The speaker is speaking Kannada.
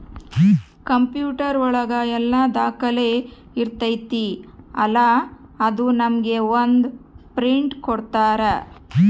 ಕಂಪ್ಯೂಟರ್ ಒಳಗ ಎಲ್ಲ ದಾಖಲೆ ಇರ್ತೈತಿ ಅಲಾ ಅದು ನಮ್ಗೆ ಒಂದ್ ಪ್ರಿಂಟ್ ಕೊಡ್ತಾರ